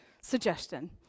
suggestion